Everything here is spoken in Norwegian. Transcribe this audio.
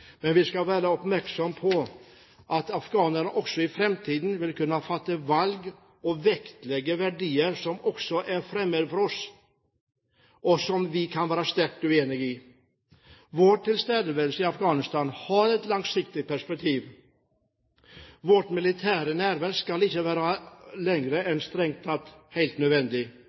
Men vi skal være oppmerksom på at afghanerne også i framtiden vil kunne ta valg og vektlegge verdier som er fremmede for oss, og som vi kan være sterkt uenig i. Vår tilstedeværelse i Afghanistan har et langsiktig perspektiv. Vårt militære nærvær skal ikke vare lenger enn strengt tatt helt nødvendig.